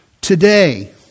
Today